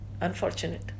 Unfortunate